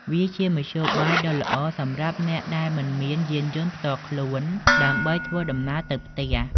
វាជាមធ្យោបាយដ៏ល្អសម្រាប់អ្នកដែលមិនមានយានយន្តផ្ទាល់ខ្លួន ដើម្បីធ្វើដំណើរទៅផ្ទះ។